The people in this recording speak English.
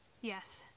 yes